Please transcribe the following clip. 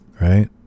right